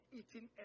eating